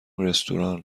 رستوران